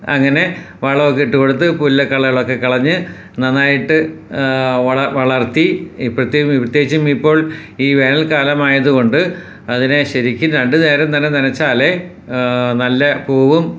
അങ്ങനെ വളമൊക്കെ ഇട്ട് കൊടുത്ത് പുല്ലൊക്കെ കളകളൊക്കെ കളഞ്ഞ് നന്നായിട്ട് വളർത്തി ഇപ്പോഴത്തെ പ്രത്യേകിച്ചും ഇപ്പോൾ ഈ വേനൽക്കാലമായത് കൊണ്ട് അതിനെ ശരിക്കും രണ്ട് നേരം തന്നെ നനയ്ച്ചാലേ നല്ല പൂവും